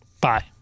Bye